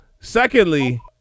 secondly